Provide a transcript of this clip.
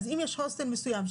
אם יש הוסטל מסוים,